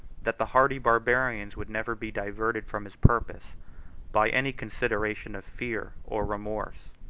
that the hardy barbarians would never be diverted from his purpose by any consideration of fear or remorse.